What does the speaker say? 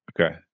Okay